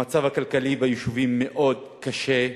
המצב הכלכלי ביישובים מאוד קשה,